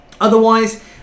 Otherwise